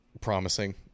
promising